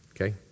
Okay